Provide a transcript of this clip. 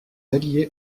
alliés